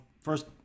first